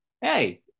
hey